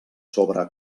sobre